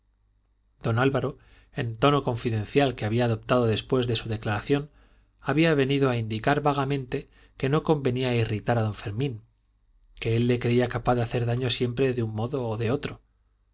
don álvaro en el tono confidencial que había adoptado después de su declaración había venido a indicar vagamente que no convenía irritar a don fermín que él le creía capaz de hacer daño siempre de un modo o de otro